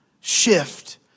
shift